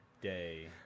day